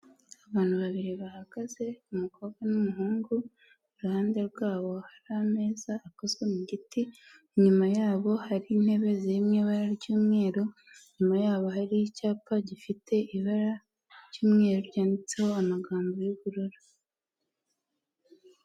Abantu babiri bahagaze, umukobwa n'umuhungu, iruhande rwabo hari ameza akozwe mu giti, inyuma yabo hari intebe ziri mu ibara ry'umweru, inyuma yabo hari icyapa gifite ibara ry'umweru, ryanditseho amagambo y'ubururu.